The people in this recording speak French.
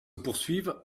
poursuivent